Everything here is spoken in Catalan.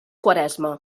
quaresma